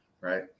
Right